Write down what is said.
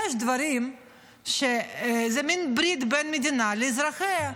יש דברים שזה מין ברית בין המדינה לבין אזרחיה.